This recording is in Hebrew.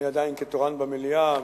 אני עדיין תורן במליאה.